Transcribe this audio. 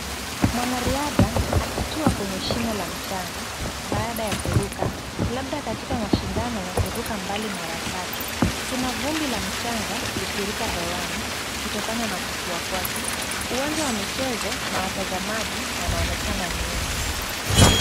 Mwanariadha akitua kwenye shimo la mchanga baada ya kuruka, labda katika mashindano ya kuruka mbali mara tatu. Kuna vumbi la mchanga likiruka hewani kutokana na kutua kwake. Uwanja wa michezo na watazamaji wanaonekana nyuma.